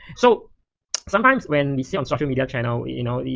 so sometimes, when we see on social media channel, you know,